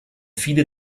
viele